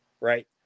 Right